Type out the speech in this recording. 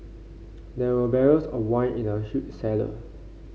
there were barrels of wine in the huge cellar